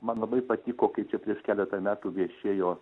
man labai patiko kaip čia prieš keletą metų viešėjo